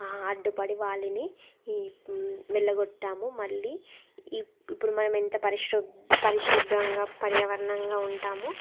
అడ్డుపడి వాళ్ళని ఈ వెళ్ళగొట్టాము మళ్ళీ ఈ ఇప్పుడు మనమింత పరిశ్ర పరిశుద్రంగా పర్యావరణంగా ఉంటాము